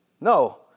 No